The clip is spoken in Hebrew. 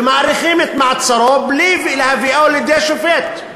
ומאריכים את מעצרו בלי להביאו לידי שופט,